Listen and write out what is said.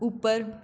ਉੱਪਰ